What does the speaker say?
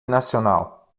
nacional